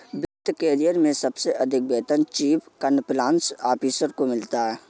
वित्त करियर में सबसे अधिक वेतन चीफ कंप्लायंस ऑफिसर को मिलता है